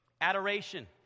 Adoration